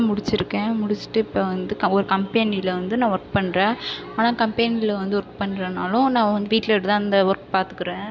முடிச்சிருக்கேன் முடிச்சிட்டு இப்போது வந்து க ஒரு கம்பெனியில் வந்து நான் ஒர்க் பண்ணுறேன் ஆனால் கம்பெனியில் வந்து ஒர்க் பண்றதுனாலும் நான் வந்து வீட்லயேட்டு தான் இந்த ஒர்க் பாத்துக்கிறேன்